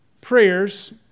prayers